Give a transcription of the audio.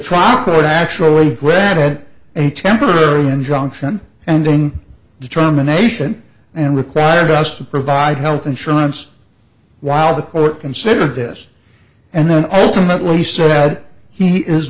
trial court actually granted a temporary injunction and doing determination and required us to provide health insurance while the court considered this and then ultimately said he is